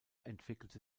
entwickelte